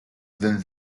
than